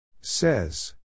Says